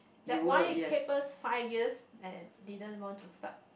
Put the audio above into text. that why keep us five years and didn't want to start